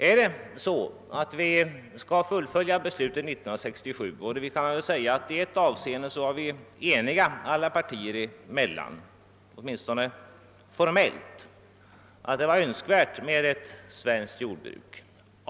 Samtliga partier har, i varje fall formellt, varit eniga om — av skäl som jag här inte har anledning att närmare gå in på — att vi här i landet skall ha ett jordbruk.